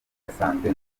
asanzwe